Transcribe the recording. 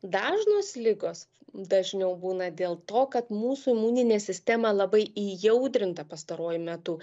dažnos ligos dažniau būna dėl to kad mūsų imuninė sistema labai įaudrinta pastaruoju metu